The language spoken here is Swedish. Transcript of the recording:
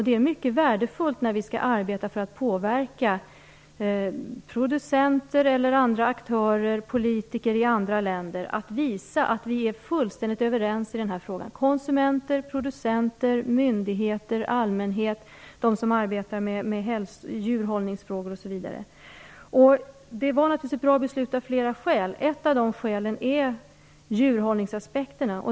Det är mycket värdefullt, när vi arbetar för att påverka producenter, aktörer, eller politiker i andra länder, att visa att vi alla är fullständigt överens i den här frågan - producenter, konsumenter, myndigheter, allmänheten och de som arbetar med djurhållningsfrågor. Det var naturligtvis ett bra beslut av flera skäl. Ett av de skälen är djurhållningsaspekten.